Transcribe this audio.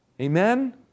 Amen